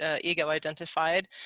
ego-identified